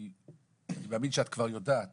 כי אני מאמין שאת כבר יודעת